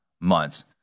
months